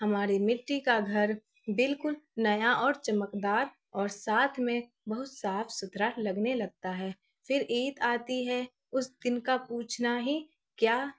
ہمارے مٹی کا گھر بالکل نیا اور چمکدار اور ساتھ میں بہت صاف ستھرا لگنے لگتا ہے پھر عید آتی ہے اس دن کا پوچھنا ہی کیا